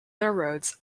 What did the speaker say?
railroads